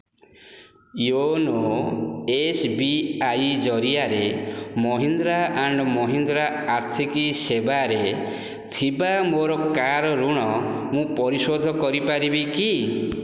YONO S B I ଜରିଆରେ Mahindra and Mahindra ଆର୍ଥିକ ସେବାରେ ଥିବା ମୋ କାର୍ ଋଣ ମୁଁ ପରିଶୋଧ କରିପାରିବି କି